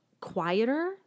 quieter